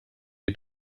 die